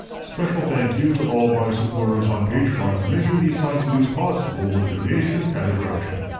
special thank you to all of my supporters on patreon for making these science videos possible with their donations and their direction.